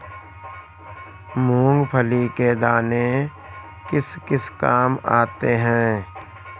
मूंगफली के दाने किस किस काम आते हैं?